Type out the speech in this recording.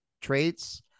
traits